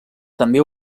també